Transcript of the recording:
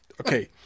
Okay